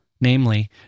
Namely